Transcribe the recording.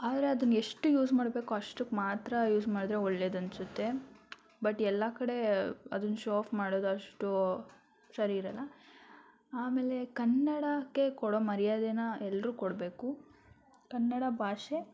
ಆದರೆ ಅದನ್ನು ಎಷ್ಟು ಯೂಸ್ ಮಾಡಬೇಕು ಅಷ್ಟಕ್ಕೆ ಮಾತ್ರ ಯೂಸ್ ಮಾಡಿದರೆ ಒಳ್ಳೆಯದ್ ಅನಿಸುತ್ತೆ ಬಟ್ ಎಲ್ಲ ಕಡೆ ಅದನ್ನು ಶೋಆಫ್ ಮಾಡೋದು ಅಷ್ಟು ಸರಿ ಇರಲ್ಲ ಆಮೇಲೆ ಕನ್ನಡಕ್ಕೆ ಕೊಡೋ ಮರ್ಯಾದೆನ ಎಲ್ರೂ ಕೊಡಬೇಕು ಕನ್ನಡ ಭಾಷೆ